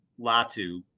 Latu